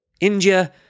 India